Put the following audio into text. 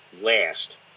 last